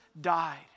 died